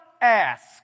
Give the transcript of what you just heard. ask